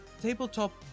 Tabletop